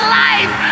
life